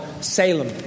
Salem